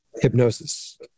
hypnosis